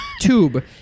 tube